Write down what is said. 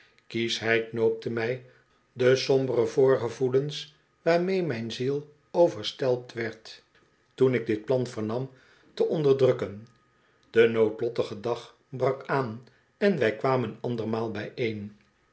kieschheid noopte mij de sombere voorgevoelens waarmee mijn ziel overstelpt werd toen ik dit plan vernam te onderdrukken de noodlottige dag brak aan en wij kwamen andermaal